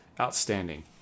outstanding